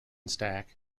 stack